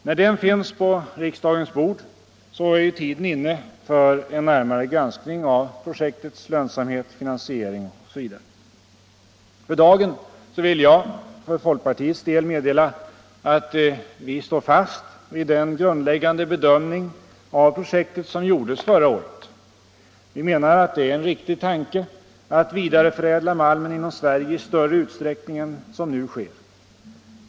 När den ligger på riksdagens bord är tiden inne för en närmare granskning av projektets lönsamhet, finansiering m.m. För dagen vill jag för folkpartiets del meddela att vi står fast vid den grundläggande bedömning av projektet som gjordes förra året. Vi menar att det är en riktig tanke att vidareförädla malmen inom Sverige i större utsträckning än som nu sker.